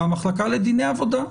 מהמחלקה לדיני עבודה.